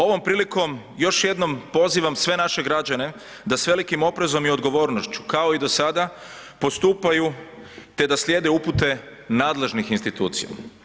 Ovom prilikom još jednom pozivam sve naše građane da s velikim oprezom i odgovornošću kao i do sada postupaju, te da slijede upute nadležnih institucija.